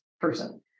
person